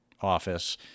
office